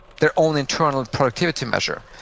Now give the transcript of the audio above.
their own internal productivity measure.